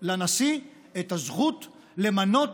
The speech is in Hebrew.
לנשיא את הזכות למנות